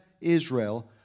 Israel